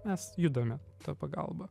mes judame ta pagalba